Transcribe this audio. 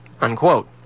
unquote